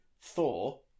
Thor